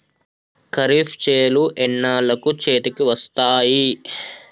ఖరీఫ్ చేలు ఎన్నాళ్ళకు చేతికి వస్తాయి?